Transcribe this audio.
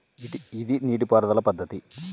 ఇది నీటిపారుదల పద్ధతి